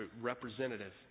representative